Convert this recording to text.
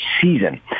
season